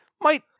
might-